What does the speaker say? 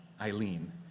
Eileen